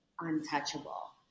untouchable